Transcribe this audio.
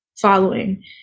following